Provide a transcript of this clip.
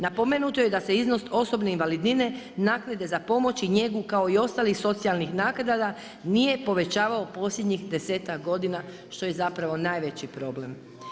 Napomenuto je da se iznos osobne invalidnine, naknade za pomoć i njegu kao i ostalih socijalnih naknada nije povećavao posljednjih 10-ak godina što je i zapravo najveći problem.